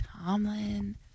Tomlin